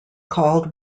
called